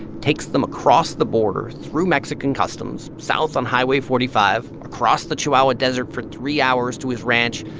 takes them across the border through mexican customs, south on highway forty five, across the chihuahua desert for three hours to his ranch.